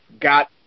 got